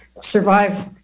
survive